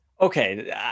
okay